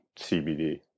CBD